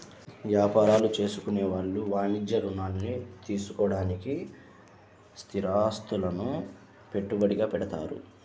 యాపారాలు చేసుకునే వాళ్ళు వాణిజ్య రుణాల్ని తీసుకోడానికి స్థిరాస్తులను పెట్టుబడిగా పెడతారు